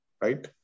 right